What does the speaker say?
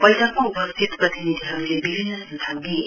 बैठकमा उपस्थित प्रतिन्धिहरूले विभिन्न स्झाउ दिए